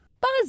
Buzz